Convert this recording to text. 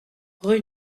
rue